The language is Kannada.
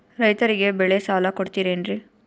ರೈತರಿಗೆ ಬೆಳೆ ಸಾಲ ಕೊಡ್ತಿರೇನ್ರಿ?